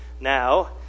now